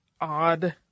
odd